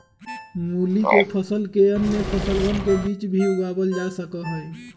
मूली के फसल के अन्य फसलवन के बीच भी उगावल जा सका हई